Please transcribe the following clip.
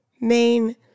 main